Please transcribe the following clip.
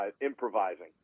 improvising